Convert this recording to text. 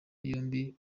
yombi